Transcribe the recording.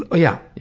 yeah.